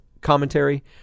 commentary